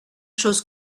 chose